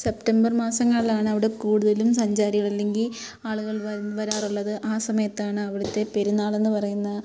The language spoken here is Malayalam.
സെപ്റ്റംബർ മാസങ്ങളിലാണവിടെ കൂടുതലും സഞ്ചാരികൾ അല്ലെങ്കിൽ ആളുകൾ വരാറുള്ളത് ആ സമയത്താണ് അവിടുത്തെ പെരുന്നാളെന്നു പറയുന്നത്